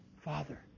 father